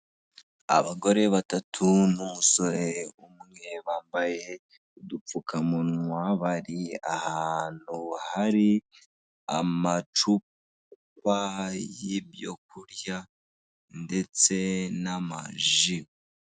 abagore batatu n'umusore umwe bambaye udupfukamunwa bari ahantu hari amacupa y'ibyokurya ndetse nama ji.